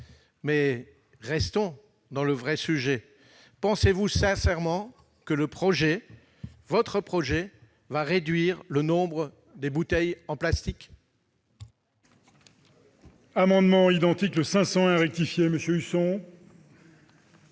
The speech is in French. mais restons dans le vif du sujet : pensez-vous sincèrement que votre projet réduira le nombre des bouteilles en plastique ?